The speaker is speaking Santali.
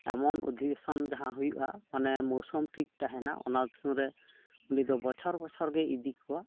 ᱮᱢᱚᱱ ᱚᱫᱷᱤᱵᱮᱥᱚᱱ ᱡᱟᱦᱟᱸ ᱦᱩᱭᱩᱜᱼᱟ ᱢᱟᱱᱮ ᱢᱳᱥᱚᱢ ᱴᱷᱤᱠ ᱛᱮᱦᱮᱱᱟ ᱚᱱᱟ ᱩᱱᱤᱫᱚ ᱵᱚᱪᱷᱚᱨ ᱵᱚᱪᱷᱚᱨᱜᱮᱭ ᱤᱫᱤᱠᱚᱣᱟ